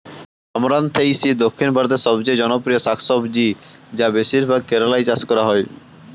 আমরান্থেইসি দক্ষিণ ভারতের সবচেয়ে জনপ্রিয় শাকসবজি যা বেশিরভাগ কেরালায় চাষ করা হয়